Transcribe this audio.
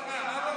כספים.